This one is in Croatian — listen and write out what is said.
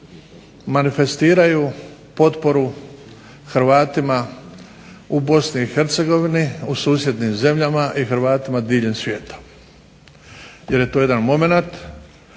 manifestiraju potporu Hrvatima u Bosni i Hercegovini, u susjednim zemljama i Hrvatima diljem svijeta. Jer je to jedan momenat